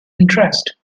interest